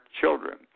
children